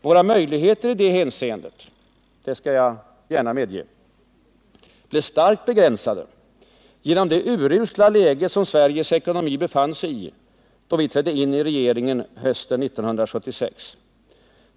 Våra möjligheter i det hänseendet — det skall jag gärna medge — blev starkt begränsade genom det urusla läge som Sveriges ekonomi befann sig i då vi trädde in i regeringen hösten 1976.